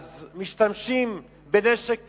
משתמשים בנשק קר.